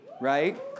right